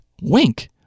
wink